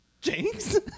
Jinx